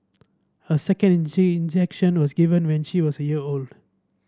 a second injection was given when she was a year old